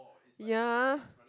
ya